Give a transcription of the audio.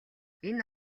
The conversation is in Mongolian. энэ